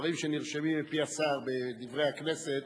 דברים שנרשמים מפי השר ב"דברי הכנסת"